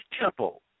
temple